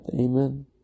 Amen